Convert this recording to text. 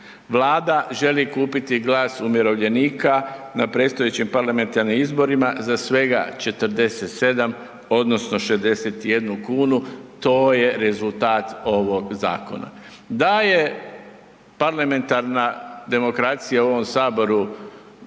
Vlada želi kupiti glas umirovljenika na predstojećim parlamentarnim izborima za svega 47 odnosno 61 kn, to je rezultat ovog zakona. Da je parlamentarna demokracija u ovom Saboru